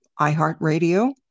iHeartRadio